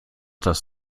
dass